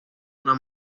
una